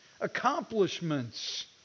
accomplishments